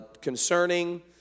concerning